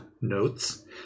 notes